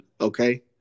okay